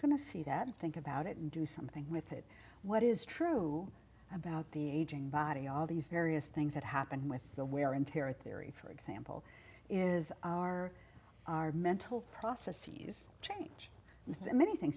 to see that and think about it and do something with it what is true about the aging body all these various things that happened with the wear and tear of theory for example is our mental processes change many thing